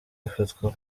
afatwa